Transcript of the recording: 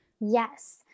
Yes